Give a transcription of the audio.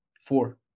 Four